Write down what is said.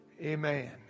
Amen